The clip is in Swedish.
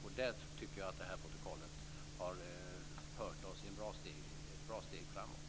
Där tycker jag att det här protokollet har fört oss ett bra steg framåt.